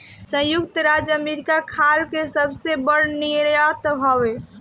संयुक्त राज्य अमेरिका खाल के सबसे बड़ निर्यातक हवे